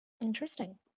Interesting